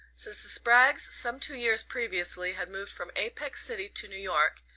since the spraggs, some two years previously, had moved from apex city to new york,